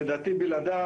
שלדעתי בלעדיו,